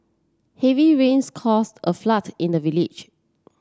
heavy rains cause a flood in the village